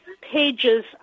pages